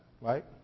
right